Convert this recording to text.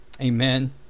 Amen